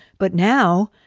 but now,